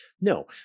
No